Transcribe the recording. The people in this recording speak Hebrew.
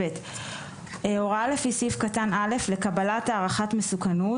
(ב) הוראה לפי סעיף קטן (א) לקבלת הערכת מסוכנות